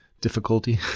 difficulty